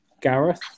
Gareth